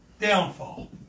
downfall